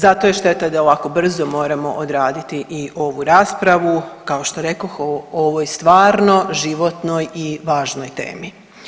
Zato je šteta da i ovako brzo moramo odraditi i ovu raspravu, kao što rekoh o ovoj stvarno životnoj i važnoj temi.